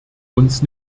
uns